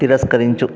తిరస్కరించు